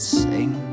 sing